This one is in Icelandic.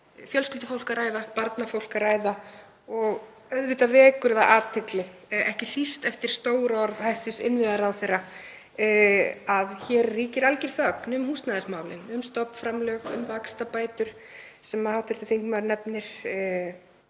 fjölskyldufólk að ræða, barnafólk. Auðvitað vekur það athygli, ekki síst eftir stór orð hæstv. innviðaráðherra, að hér ríkir algjör þögn um húsnæðismálin, um stofnframlög, um vaxtabætur sem hv. þingmaður nefnir,